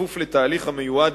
כפוף לתהליך המיועד,